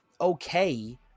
okay